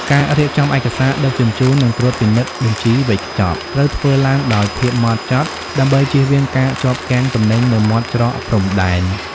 ការរៀបចំឯកសារដឹកជញ្ជូន និងការត្រួតពិនិត្យបញ្ជីវេចខ្ចប់ ត្រូវធ្វើឡើងដោយភាពហ្មត់ចត់ ដើម្បីចៀសវាងការជាប់គាំងទំនិញនៅមាត់ច្រកព្រំដែន។